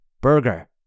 Burger